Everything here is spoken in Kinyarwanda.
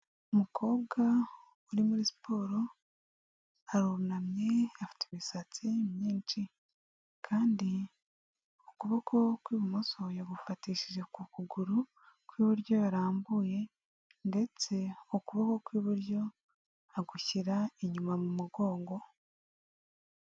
Umukobwa uri muri siporo, arunamye afite imisatsi myinshi. Kandi ukuboko kw'ibumoso yagufatishije ku kuguru, kw'iburyo yarambuye ndetse ukuboko kw'iburyo agushyira inyuma mu mugongo.